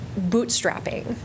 bootstrapping